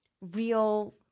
real